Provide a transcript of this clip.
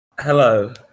Hello